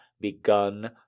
begun